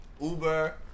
Uber